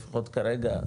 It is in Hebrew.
לפחות כרגע,